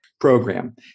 program